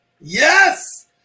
yes